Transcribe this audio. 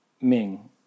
Ming